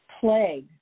plague